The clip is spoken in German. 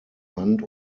hand